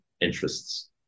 interests